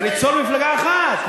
וליצור מפלגה אחת.